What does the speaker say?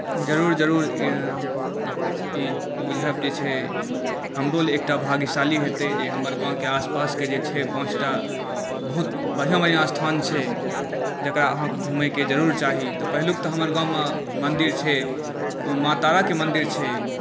जरुर जरुर ई बुझायब जे छै हमरो लए एकटा भाग्यशाली हेतै जे हमर गाँवके आसपासके जे छै पाॅंचटा बहुत बढ़िऑं बढ़िऑं स्थान छै जकरा आहाँके घुमैके जरुर चाही तऽ पहिलुक तऽ हमर गाँव मे मन्दिर छै माँ ताराके मन्दिर छै